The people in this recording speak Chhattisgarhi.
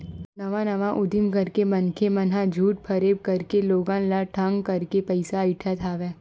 नवा नवा उदीम करके मनखे मन ह झूठ फरेब करके लोगन ल ठंग करके पइसा अइठत हवय